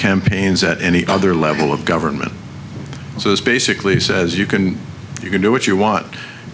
campaigns at any other level of government so basically says you can you can do what you want